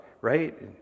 right